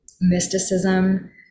mysticism